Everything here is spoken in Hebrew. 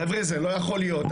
חבר'ה זה לא יכול להיות,